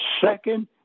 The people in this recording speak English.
Second